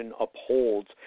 upholds